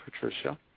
Patricia